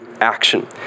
action